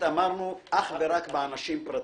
אמרנו, הצעת החוק עוסקת אך ורק באנשים פרטיים.